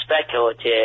speculative